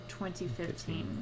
2015